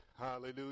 Hallelujah